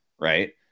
right